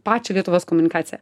pačią lietuvos komunikaciją